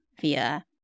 via